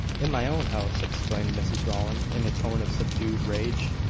in my own house! exclaimed mrs rowland, in a tone of subdued rage.